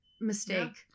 mistake